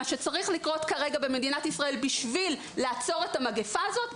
מה שצריך לקרות כרגע במדינת ישראל בשביל לעצור את המגיפה הזאת,